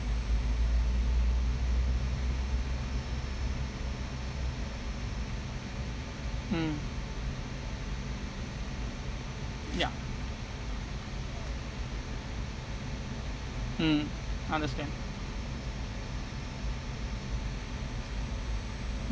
mm ya mm understand